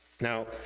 Now